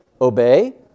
Obey